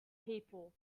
people